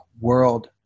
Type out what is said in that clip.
world